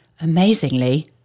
amazingly